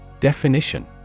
Definition